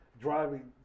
driving